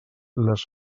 les